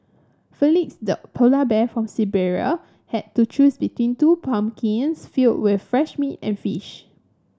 Felix the polar bear from Siberia had to choose between two pumpkins filled with fresh meat and fish